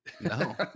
No